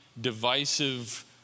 divisive